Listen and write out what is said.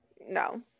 No